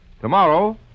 Tomorrow